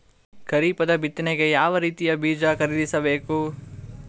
ಖರೀಪದ ಬಿತ್ತನೆಗೆ ಯಾವ್ ರೀತಿಯ ಬೀಜ ಖರೀದಿಸ ಬೇಕು?